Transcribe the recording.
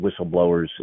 whistleblowers